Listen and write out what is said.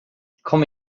kom